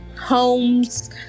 homes